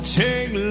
take